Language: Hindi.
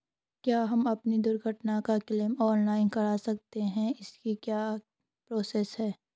क्या हम अपनी दुर्घटना का क्लेम ऑनलाइन कर सकते हैं इसकी क्या प्रोसेस है?